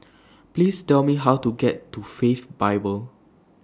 Please Tell Me How to get to Faith Bible